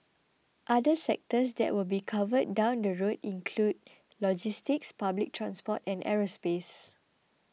other sectors that will be covered down the road include logistics public transport and aerospace